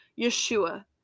Yeshua